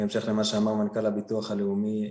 בהמשך למה שאמר המנכ"ל לביטוח לאומי,